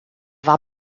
war